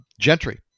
Gentry